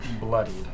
bloodied